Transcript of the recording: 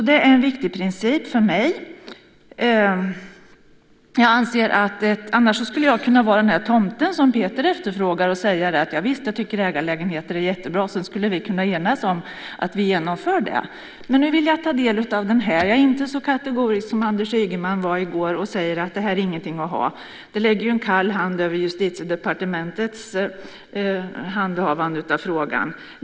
Det är en viktig princip för mig. Annars skulle jag kunna vara den där tomten som Peter efterfrågar och säga att javisst, jag tycker att ägarlägenheter är jättebra. Sedan skulle vi kunna enas om att vi genomför det. Men nu vill jag ta del av det här. Jag är inte så kategorisk som Anders Ygeman var i går och säger att det här inte är något att ha, vilket lägger en kall hand över Justitiedepartementets handhavande av frågan.